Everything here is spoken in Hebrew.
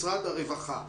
משרד הרווחה.